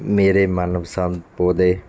ਮੇਰੇ ਮਨਪਸੰਦ ਪੌਦੇ